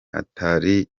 atari